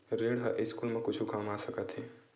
ऋण ह स्कूल मा कुछु काम आ सकत हे?